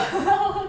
okay